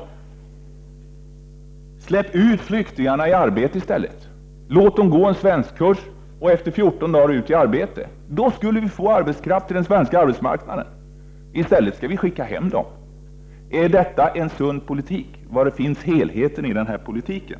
Men släpp istället ut flyktingarna i arbete. Låt dem gå en svenskkurs och efter 14 dagar få komma ut i arbetslivet. Då skulle vi få arbetskraft till den svenska arbetsmarknaden. I stället skickas dessa människor hem. Är detta en sund politik? Var finns helheten i denna politik?